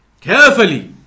carefully